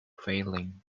failing